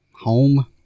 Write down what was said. home